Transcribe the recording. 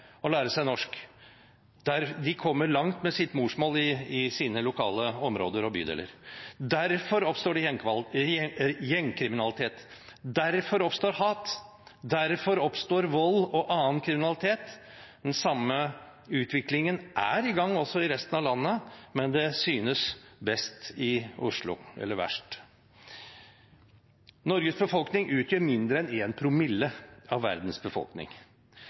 å lære seg norsk, de kommer langt med sitt morsmål i sine lokale områder og bydeler. Derfor oppstår gjengkriminalitet, hat, vold og annen kriminalitet. Den samme utviklingen er også i gang i resten av landet, men det synes best – eller verst – i Oslo. Norges befolkning utgjør mindre enn én promille av verdens befolkning.